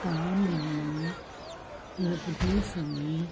ਤਾਂ ਮੈਨੂੰ ਲੱਭਦੇ ਸਮੇਂ